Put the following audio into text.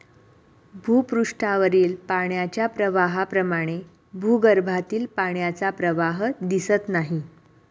भूपृष्ठावरील पाण्याच्या प्रवाहाप्रमाणे भूगर्भातील पाण्याचा प्रवाह दिसत नाही